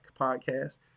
podcast